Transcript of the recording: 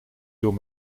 door